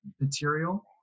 material